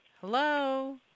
Hello